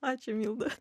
ačiū milda